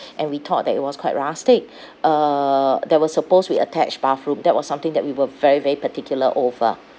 and we thought that it was quite rustic uh there was supposed to be attached bathroom that was something that we were very very particular over